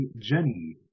Jenny